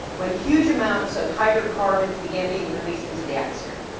when huge amounts of hydrocarbons began being released into the atmosphere.